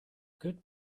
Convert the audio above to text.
good